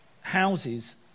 houses